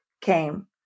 came